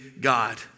God